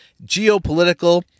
geopolitical